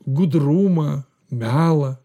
gudrumą melą